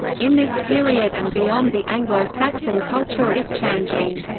in this period and beyond the anglo-saxon culture is changing.